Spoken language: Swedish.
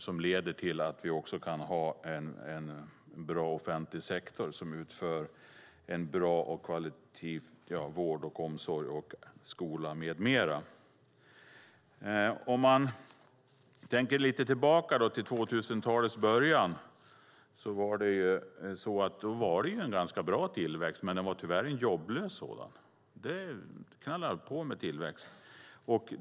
Det leder till att vi även kan ha en bra offentlig sektor som utför kvalitativt bra vård, omsorg, skola med mera. Om vi går tillbaka lite grann i tankarna, till 2000-talets början, minns vi att vi hade en ganska bra tillväxt, men den var tyvärr jobblös.